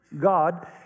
God